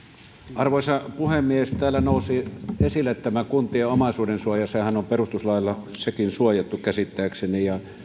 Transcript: arvoisa puhemies täällä nousi esille tämä kuntien omaisuudensuoja sehän on perustuslailla sekin suojattu käsittääkseni ja